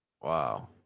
Wow